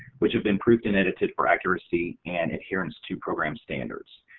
which have been proofed and edited for accuracy and adherence to program standards.